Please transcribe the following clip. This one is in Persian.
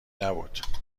نبود